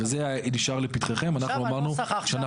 הדבר הזה מונח לפתחכם, אנחנו לא מתנגדים.